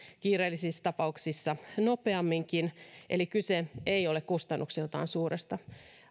kiireellisissä tapauksissa nopeamminkin eli kyse ei ole kustannuksiltaan suuresta